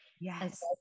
yes